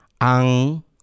ang